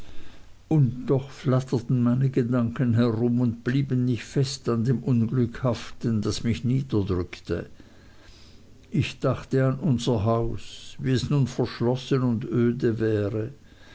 und doch flatterten meine gedanken herum und blieben nicht fest an dem unglück haften das mich niederdrückte ich dachte an unser haus wie es nun verschlossen und öde wäre